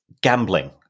gambling